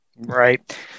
Right